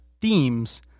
themes